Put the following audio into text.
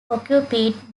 occupied